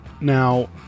Now